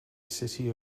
city